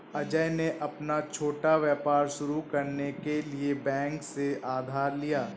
अजय ने अपना छोटा व्यापार शुरू करने के लिए बैंक से उधार लिया